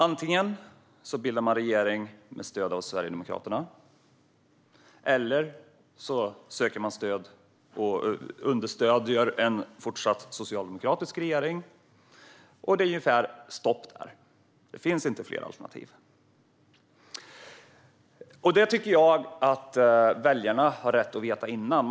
Antingen bildar man regering med stöd av Sverigedemokraterna, eller så understöder man en fortsatt socialdemokratisk regering. Sedan är det stopp; det finns inte fler alternativ. Jag tycker att väljarna har rätt att veta detta innan.